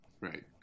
Right